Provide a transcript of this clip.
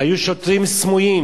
היו שוטרים סמויים,